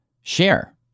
share